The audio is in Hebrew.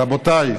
רבותיי,